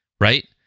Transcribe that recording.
Right